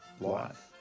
Life